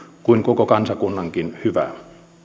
kuin koko kansakunnankin hyvää